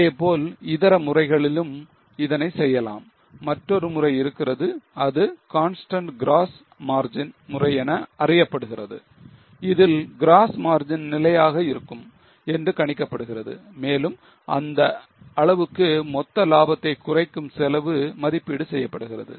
இதேபோல் இதர முறைகளிலும் இதனை செய்யலாம் மற்றொரு முறை இருக்கிறது அது constant gross margin முறை என அறியப்படுகிறது அதில் gross margin நிலையாக இருக்கும் என்று கணிக்கப்படுகிறது மேலும் அந்த அளவுக்கு மொத்த லாபத்தை குறைக்கும் செலவு மதிப்பீடு செய்யப்படுகிறது